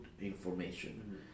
information